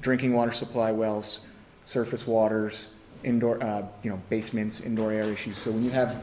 drinking water supply wells surface waters indoor you know basements indoor air she said when you have